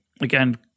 again